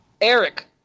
Eric